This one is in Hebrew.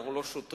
אנחנו לא שוטרים,